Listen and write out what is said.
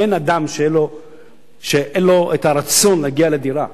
אין אדם שאין לו הרצון להגיע לדירה,